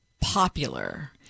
popular